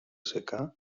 secà